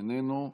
איננו,